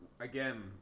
Again